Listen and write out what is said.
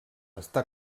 està